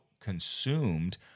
consumed